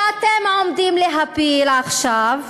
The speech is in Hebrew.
שאתם עומדים להפיל עכשיו,